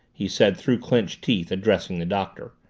he said through clenched teeth, addressing the doctor.